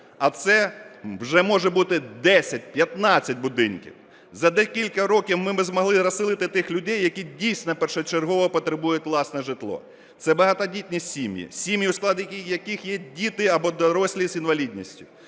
а це вже може бути 10, 15 будинків. За декілька років ми би змогли розселити тих людей, які, дійсно, першочергово потребують власне житло. Це багатодітні сім'ї, сім'ї, у складі яких є діти або дорослі з інвалідністю,